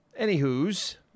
Anywho's